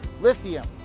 lithium